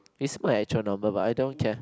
is my actual number but but I don't care